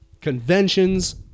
Conventions